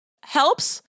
helps